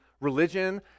religion